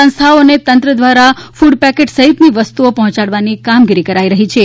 સંસ્થાઓ તથા તંત્ર દ્વારા ફડ પેકેટ સહિતની વસ્તુઓ પહોંચાડવાની કામગીરી કરાઇ ચુકી છે